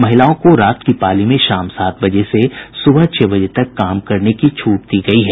महिलाओं को रात की पाली में शाम सात बजे से सुबह छह बजे तक काम करने की छूट दी गई है